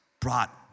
brought